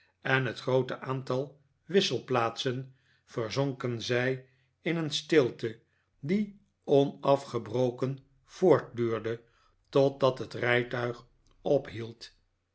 en het groote aantal wisselplaatsen verzonken zij in een stilte die onafgebroken voortduurde r totdat het rijtuig ophield